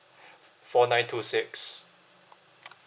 fo~ four nine two six